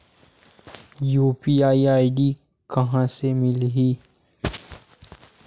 UPI ID कहां ले मिलही?